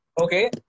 Okay